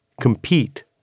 compete